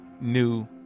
new